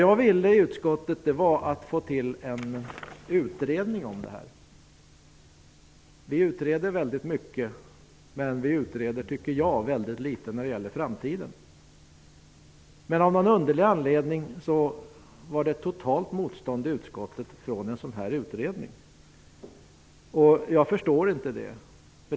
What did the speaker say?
Jag ville att utskottet skulle föreslå att det skulle tillsättas en utredning om detta. Vi utreder väldigt mycket, men jag tycker att vi utreder väldigt litet när det gäller framtiden. Av någon underlig anledning fanns det ett totalt motstånd i utskottet mot en sådan här utredning. Jag förstår inte det.